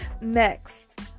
Next